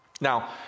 Now